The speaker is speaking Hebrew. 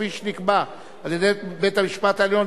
כפי שנקבע על-ידי בית-המשפט העליון,